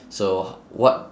so what